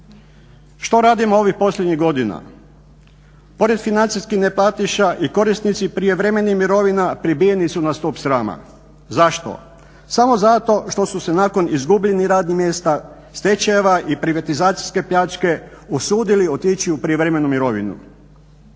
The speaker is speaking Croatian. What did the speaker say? Što radimo ovih posljednjih godina? Pored financijskih neplatiša i korisnici prijevremenih mirovina pribijeni su na stup srama. Zašto? Samo zato što su se nakon izgubljenih radnih mjesta, stečajeva i privatizacijske pljačke usudili otići u prijevremenu mirovinu.